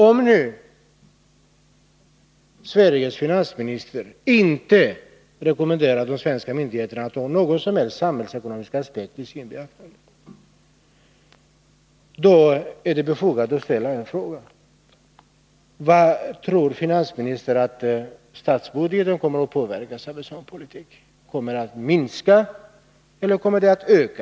Om nu Sveriges finansminister inte rekommenderar de svenska myndigheterna att ta någon som helst samhällsekonomisk aspekt med i beaktandet, är det befogat att fråga: Hur tror finansministern att statsbudgeten kommer att påverkas av sådan politik? Kommer underskottet att minska, eller kommer det att öka?